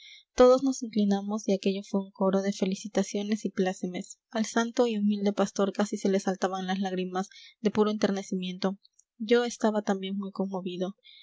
todos nos inclinamos y aquello fue un coro de felicitaciones y plácemes al santo y humilde pastor casi se le saltaban las lágrimas de puro enternecimiento yo estaba también muy conmovido